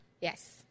Yes